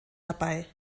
dabei